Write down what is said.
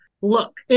look